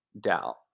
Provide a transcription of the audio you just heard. DAO